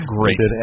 Great